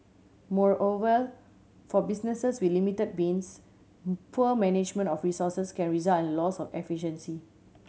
moreover for businesses with limited beans poor management of resources can result in loss of efficiency